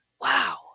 wow